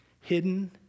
hidden